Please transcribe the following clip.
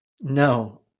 No